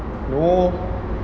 no